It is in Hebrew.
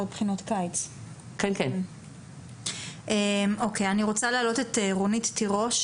אני רוצה להעלות את רונית תירוש,